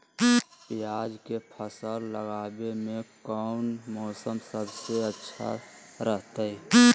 प्याज के फसल लगावे में कौन मौसम सबसे अच्छा रहतय?